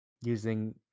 using